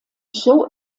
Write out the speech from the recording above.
show